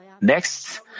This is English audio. Next